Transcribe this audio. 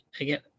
again